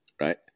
right